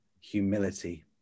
humility